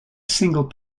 single